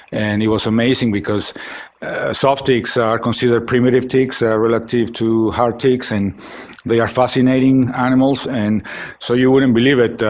and it was amazing because soft ticks are considered primitive ticks that are relative to hard ticks and they are fascinating animals. and so you wouldn't believe it.